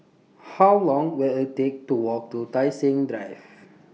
How Long Will IT Take to Walk to Tai Seng Drive